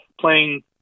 playing